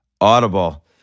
Audible